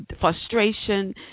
frustration